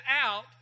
out